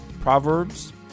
Proverbs